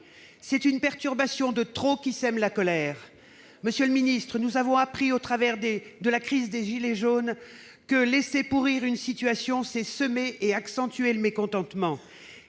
C'est une perturbation de trop qui sème la colère. Monsieur le ministre, nous l'avons appris au travers de la crise des « gilets jaunes »: laisser pourrir une situation, c'est semer et accentuer le mécontentement.